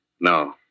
No